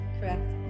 Correct